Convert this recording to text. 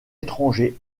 étrangers